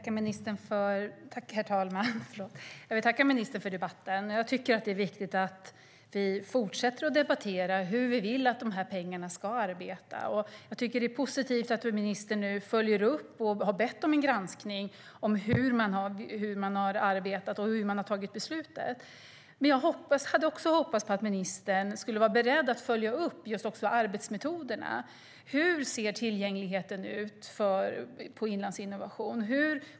Herr talman! Jag tackar ministern för debatten. Det är viktigt att vi fortsätter debattera hur vi vill att dessa pengar ska arbeta. Det är positivt att ministern följer upp och har bett om en granskning av hur man har arbetat och tagit beslut. Jag hade dock hoppats att ministern också skulle vara beredd att följa upp arbetsmetoderna. Hur ser tillgängligheten ut på Inlandsinnovation?